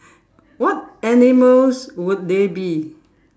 what animals would they be